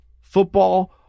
football